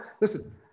listen